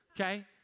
okay